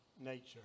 nature